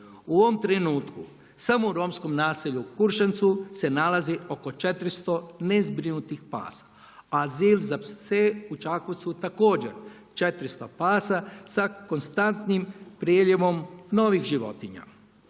U ovom trenutku samo u romskom naselju Kuršancu se nalazi oko 400 nezbrinutih pasa, azil za pse u Čakovcu također 400 pasa sa konstantnim preljevom novih životinja.